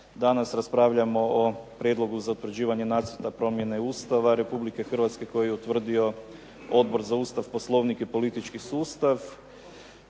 Danas raspravljamo o Prijedlogu za utvrđivanje Nacrta promjena Ustava Republike Hrvatske koji je utvrdio Odbor za Ustav, Poslovnik i politički sustav